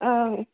औ